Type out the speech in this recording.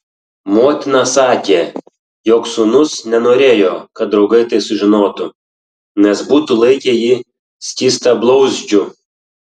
motina sakė jog sūnus nenorėjo kad draugai tai sužinotų nes būtų laikę jį skystablauzdžiu